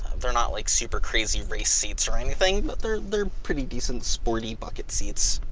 they're not like super crazy race seats or anything. but they're they're pretty decent, sporty bucket seats.